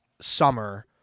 summer